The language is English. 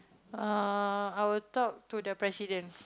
uh I'll talk to the president